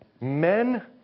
men